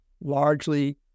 largely